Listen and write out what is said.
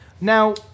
now